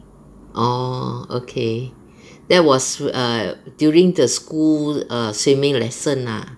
orh okay that was err during the school err swimming lesson lah